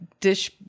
dish